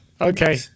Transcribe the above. Okay